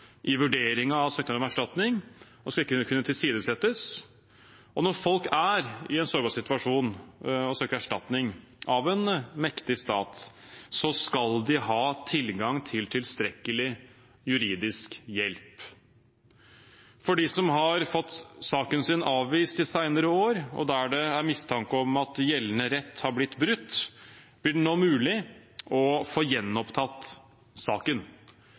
i vurderingen av søknad om erstatning, og de skal ikke kunne tilsidesettes. Og når folk er i en sårbar situasjon og søker erstatning av en mektig stat, skal de ha tilgang til tilstrekkelig juridisk hjelp. For dem som har fått saken sin avvist de senere år, og der det er mistanke om at gjeldende rett har blitt brutt, blir det nå mulig å få gjenopptatt saken.